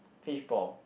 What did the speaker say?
fishball